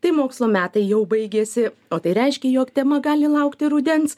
tai mokslo metai jau baigėsi o tai reiškia jog tema gali laukti rudens